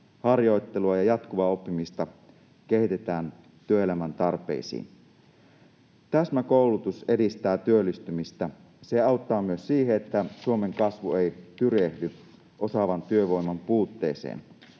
harjoittelua ja jatkuvaa oppimista kehitetään työelämän tarpeisiin. Täsmäkoulutus edistää työllistymistä. Se auttaa myös siihen, että Suomen kasvu ei tyrehdy osaavan työvoiman puutteeseen.